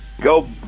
go